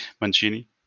Mancini